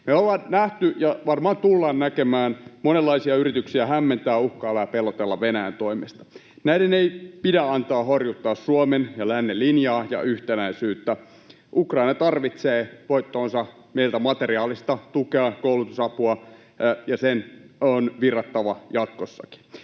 Me ollaan nähty ja varmaan tullaan näkemään monenlaisia yrityksiä hämmentää, uhkailla ja pelotella Venäjän toimesta. Näiden ei pidä antaa horjuttaa Suomen ja lännen linjaa ja yhtenäisyyttä. Ukraina tarvitsee voittoonsa meiltä materiaalista tukea ja koulutusapua, ja sen on virrattava jatkossakin.